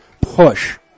push